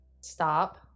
Stop